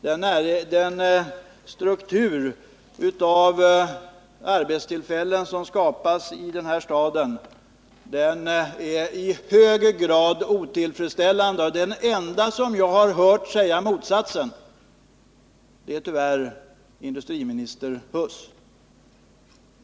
Den struktur av arbetstillfällen som skapats i huvudstaden är i hög grad otillfredsställande. Den ende som jag har hört säga motsatsen är industriminister Huss.